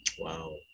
Wow